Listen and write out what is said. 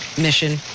mission